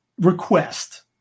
request